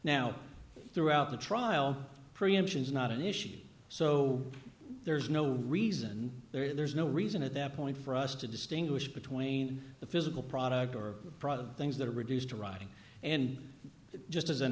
now throughout the trial preemption is not an issue so there's no reason there's no reason at that point for us to distinguish between the physical product or the product things that are reduced to writing and just as an